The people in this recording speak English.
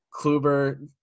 Kluber